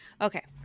Okay